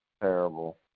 Terrible